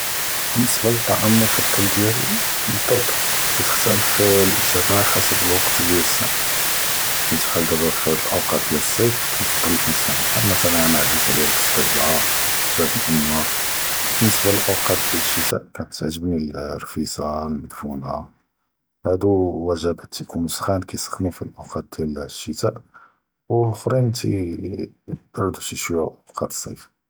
באלניסבה לטע’אם אלמפרדל דיאלי בד’ד’כ’ט, כתת’פ’ת’ל אלאג’ובה חסב אלוואקט דיאל אלסנה, ח’אל דבא פ הוד אלאוקאט דיאל אלס’יף כנפ’דל לנסן, ח’אל למשל אנא ע’זיז עליא אלבסטילה, אד’דג’אג’ מח’מר, ובאלניסבה לאוקאט דיאל אלש’תא, כתע’’ג’בני אלרפיסה אלמדפונה, הודו וג’באט ת’יקונו ס’ח’אן, כיס’ח’נו פ אלאוקאט דיאל אלש’תא, ו לואחרין ת’יב’רדו שוווי אווקא’ת אלס’יף.